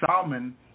salmon